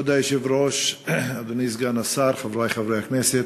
כבוד היושב-ראש, אדוני סגן השר, חברי חברי הכנסת,